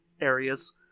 areas